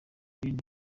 ben